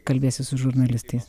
kalbėsis su žurnalistais